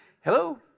hello